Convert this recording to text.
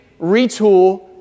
retool